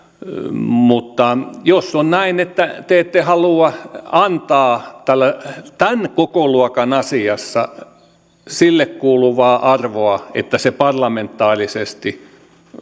mutta jos on näin että te ette halua antaa tämän kokoluokan asiassa sille kuuluvaa arvoa niin että se parlamentaarisesti